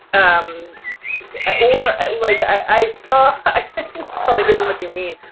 um or like i saw i saw it isn't what you mean.